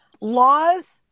Laws